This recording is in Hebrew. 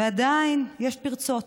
ועדיין יש פרצות,